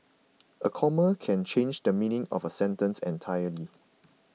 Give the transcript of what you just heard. a comma can change the meaning of a sentence entirely